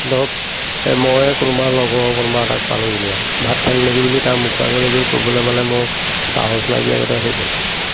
ধৰক মই কোনোবা লগৰ কোনোবা এটাক পালোঁ যেনিবা ভাত খালি নেকি বুলি তাৰ মুখৰ আগ'লৈ গৈ ক'বলৈ মানে মোৰ সাহস নাইকিয়া গতে হৈ গ'ল